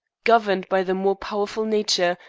governed by the more powerful nature,